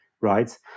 right